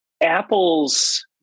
Apple's